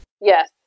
Yes